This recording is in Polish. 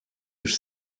już